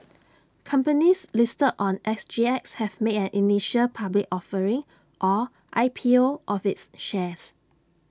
companies listed on S G X have made an initial public offering or I P O of its shares